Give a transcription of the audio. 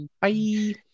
Bye